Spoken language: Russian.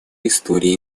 истории